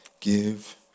give